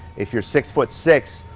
if you're six foot six,